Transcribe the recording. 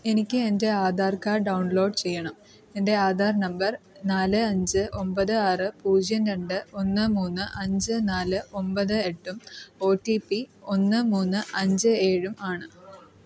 എനിക്ക് എൻ്റെ Aadhaar card download ചെയ്യണം എൻ്റെ ആധാർ നമ്പർ നാല് അഞ്ച് ഒമ്പത് ആറ് പൂജ്യം രണ്ട് ഒന്ന് മൂന്ന് അഞ്ച് നാല് ഒമ്പത് എട്ടും ഒ ടി പി ഒന്ന് മൂന്ന് അഞ്ച് ഏഴും ആണ്